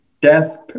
death